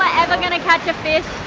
ah ever gonna catch a fish?